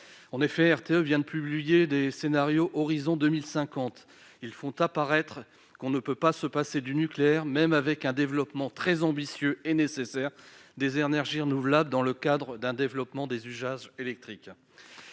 En effet, RTE vient de publier des scénarios à l'horizon de 2050 qui font apparaître qu'on ne peut pas se passer du nucléaire, même avec un développement très ambitieux et nécessaire des énergies renouvelables dans le cadre des usages électriques.